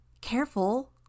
Careful